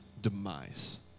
demise